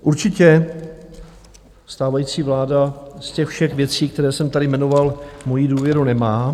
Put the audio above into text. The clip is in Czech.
Určitě stávající vláda z těch všech věcí, které jsem tady jmenoval, moji důvěru nemá.